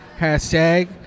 Hashtag